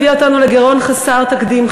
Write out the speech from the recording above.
הממשלה הקודמת הביאה אותנו לגירעון חסר תקדים,